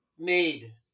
made